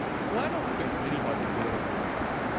so i don't think anybody really believes